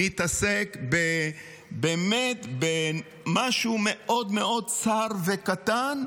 מתעסק באמת במשהו מאוד מאוד צר וקטן,